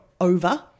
over